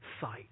sight